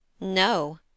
No